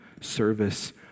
service